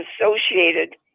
associated